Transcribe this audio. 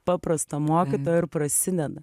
paprasto mokytojo ir prasideda